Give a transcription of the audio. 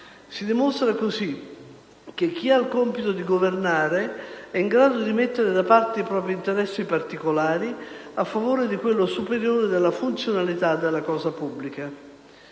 Si dimostra così che chi ha il compito di governare è in grado di mettere da parte i propri interessi particolari a favore di quello superiore della funzionalità della cosa pubblica.